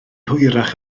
hwyrach